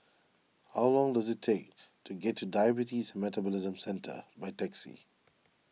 how long does it take to get to Diabetes Metabolism Centre by taxi